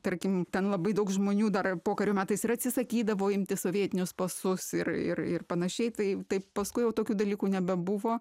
tarkim ten labai daug žmonių dar ir pokario metais ir atsisakydavo imti sovietinius pasus ir ir ir panašiai tai taip paskui jau tokių dalykų nebebuvo